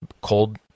cold